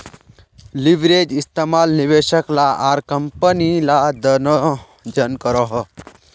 leverage इस्तेमाल निवेशक ला आर कम्पनी ला दनोह जन करोहो